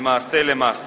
למעשה, למס.